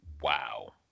Wow